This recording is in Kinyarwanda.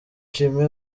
jimmy